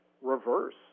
reverse